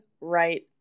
right